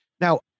Now